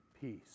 peace